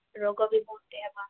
ରୋଗ ବି ବହୁତ୍ଟେ ହେବା